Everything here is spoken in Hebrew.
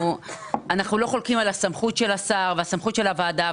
אנחנו לא חולקים על הסמכות של השר והסמכות של הוועדה,